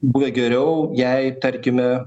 buvę geriau jei tarkime a